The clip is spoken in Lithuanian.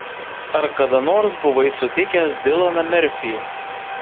ar kada nors buvai sutikęs dilaną merfį